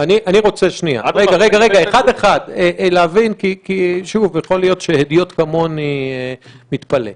אני רוצה להבין, יכול להיות שהדיוט כמוני מתפלא.